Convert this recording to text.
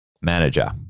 manager